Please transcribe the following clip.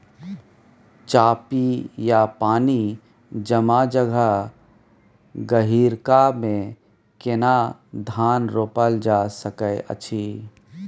चापि या पानी जमा जगह, गहिरका मे केना धान रोपल जा सकै अछि?